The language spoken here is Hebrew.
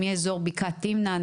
מאזור בקעת תמנע,